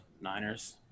Niners